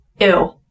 Ew